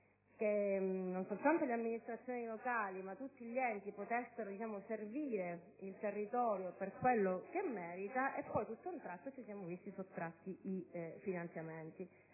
che non soltanto le amministrazioni locali, ma tutti gli enti potessero servire il territorio per quello che merita, ma poi, all'improvviso, ci siamo visti sottratti i finanziamenti.